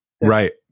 right